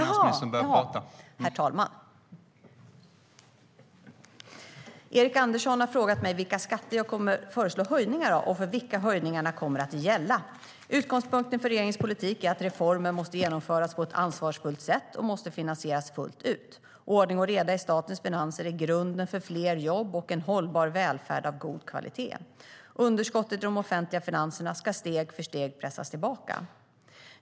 Herr talman! Erik Andersson har frågat mig vilka skatter jag kommer att föreslå höjningar av och för vilka höjningarna kommer att gälla. Utgångspunkten för regeringens politik är att reformer måste genomföras på ett ansvarsfullt sätt och finansieras fullt ut. Ordning och reda i statens finanser är grunden för fler jobb och en hållbar välfärd av god kvalitet. Underskottet i de offentliga finanserna ska steg för steg pressas tillbaka.